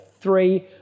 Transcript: three